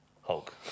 Hulk